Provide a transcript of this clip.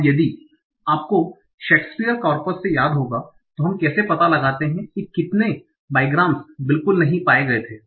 अब यदि आपको शेक्सपियर कॉर्पस से याद होगा तो हम कैसे पता लगाते हैं कि कितने बिग्राम्स बिल्कुल नहीं पाए जाते थे